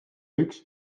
üks